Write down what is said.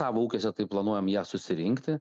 savo ūkiuose tai planuojam ją susirinkti